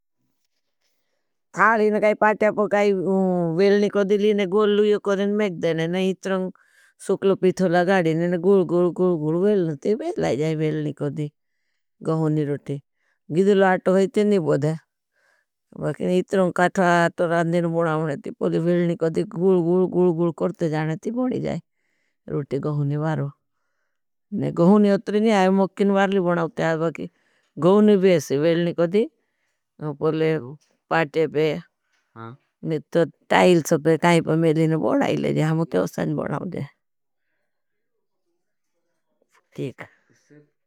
थालीन काई पाठ्या पकाई वेलनी कोड़ी लीने गूल लूयो करें मेंग देने। इतरंग सुखलो पिथो लगाडीने गूल गूल गूल वेलनी कोड़ी वेलनी कोड़ी वेलनी कोड़ी गहुनी रुटी। गिदला आटो है तेनी बोधे इतरंग काथा आटो रांदीन बनाओने थी। वेलनी कोड़ी गूल गूल गूल गूल करते जाने थी बनी जाए रुटी गहुनी बारो। गुहनी उत्री नहीं आए मोक्किन वारली बनाओंते हैं। गुहनी बैसी वेलनी कोड़ी पाटे बैसी ताइलस पर कहांगी पर मेलेने बनाओंते हैं हमों ते उसने बनाओंते हैं।